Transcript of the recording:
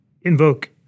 invoke